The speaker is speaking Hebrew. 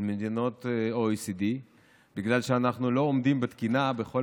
מדינות ה-OECD בגלל שאנחנו לא עומדים בתקינה בכל